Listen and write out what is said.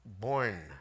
born